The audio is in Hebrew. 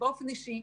באופן אישי,